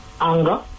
anger